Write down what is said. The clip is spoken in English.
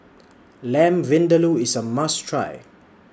Lamb Vindaloo IS A must Try